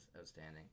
outstanding